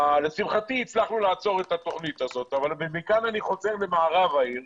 לשמחתי הצלחנו לעצור את התכנית הזאת אבל מכאן אני חוזר למערב העיר.